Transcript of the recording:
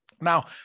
now